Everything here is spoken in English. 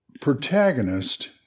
protagonist